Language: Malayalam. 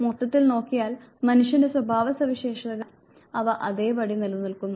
മൊത്തത്തിൽ നോക്കിയാൽ മനുഷ്യന്റെ സ്വഭാവസവിശേഷതകൾ മാറുന്നില്ല അവ അതേപടി നിലനിൽക്കുന്നു